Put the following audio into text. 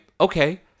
okay